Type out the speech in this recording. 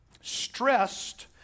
stressed